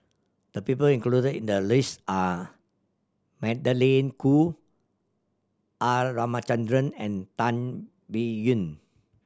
the people included in the list are Magdalene Khoo R Ramachandran and Tan Biyun